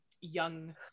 young